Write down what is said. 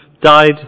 died